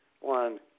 one